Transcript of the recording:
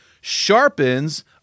sharpens